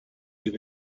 you